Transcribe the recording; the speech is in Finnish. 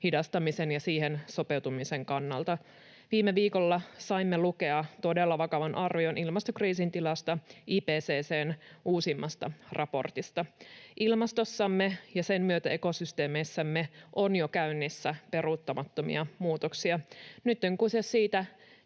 hidastamisen ja siihen sopeutumisen kannalta. Viime viikolla saimme lukea todella vakavan arvion ilmastokriisin tilasta IPCC:n uusimmasta raportista. Ilmastossamme ja sen myötä ekosysteemeissämme on jo käynnissä peruuttamattomia muutoksia. Nyt on kyse siitä,